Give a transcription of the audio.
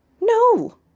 No